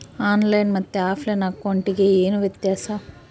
On line ಮತ್ತೆ offline ಅಕೌಂಟಿಗೆ ಏನು ವ್ಯತ್ಯಾಸ?